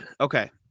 okay